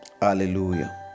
Hallelujah